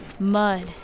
mud